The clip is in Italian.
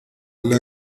alle